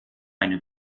eine